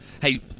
Hey